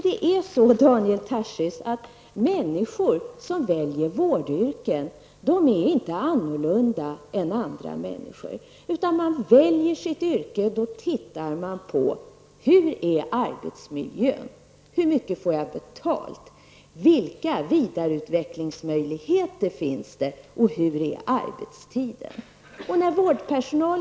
Det är nämligen så, Daniel Tarschys, att människor som väljer vårdyrken inte är annorlunda än andra människor. Man väljer sitt yrke, och då frågar man sig: Hur är arbetsmiljön, hur mycket får jag betalt, vilka vidareutvecklingsmöjligheter finns det, och hur är arbetstiden?